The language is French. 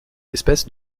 espèces